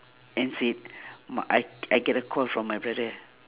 and sit my I I get a call from my brother